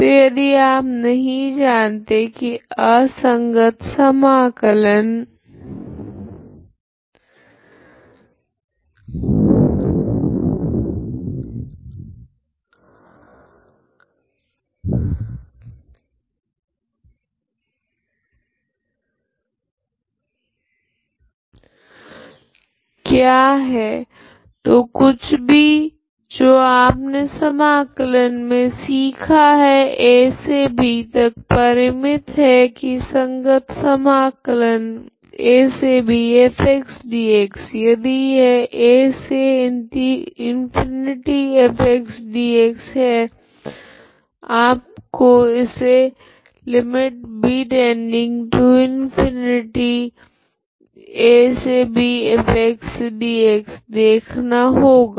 तो यदि आप नहीं जानते की असंगत समाकलन क्या है तो कुछ भी जो आपने समाकलन मे सीखा है a से b तक परिमित है की संगत समाकलन यदि यह है आपको इसे देखना होगा